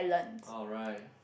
alright